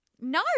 No